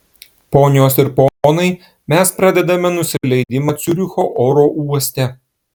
ponios ir ponai mes pradedame nusileidimą ciuricho oro uoste